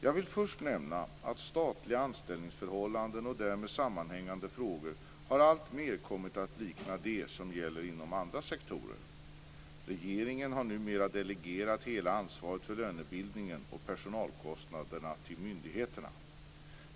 Jag vill först nämna att statliga anställningsförhållanden och därmed sammanhängande frågor alltmer har kommit att likna det som gäller inom andra sektorer. Regeringen har numera delegerat hela ansvaret för lönebildningen och personalkostnaderna till myndigheterna.